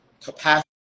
capacity